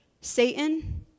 Satan